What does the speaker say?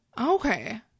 Okay